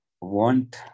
Want